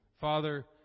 Father